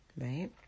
Right